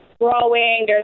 growing